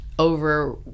Over